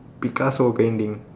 Picasso painting